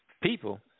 people